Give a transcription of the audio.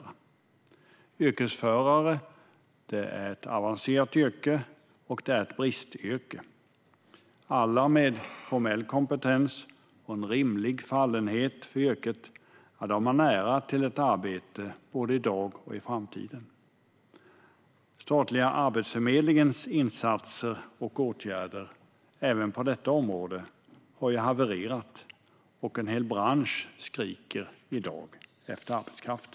Yrkesförare är ett avancerat yrke och ett bristyrke. Alla med formell kompetens och en rimlig fallenhet för yrket har nära till ett arbete, både i dag och i framtiden. Statliga Arbetsförmedlingens insatser och åtgärder har, även på detta område, havererat, och en hel bransch skriker i dag efter arbetskraft.